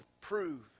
prove